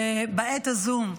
בעת הזו,